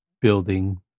building